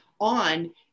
on